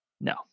no